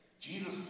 Jesus